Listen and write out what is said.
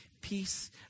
Peace